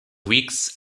weeks